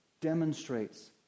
demonstrates